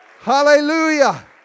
Hallelujah